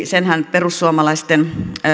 senhän perussuomalaisten